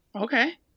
Okay